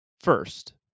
first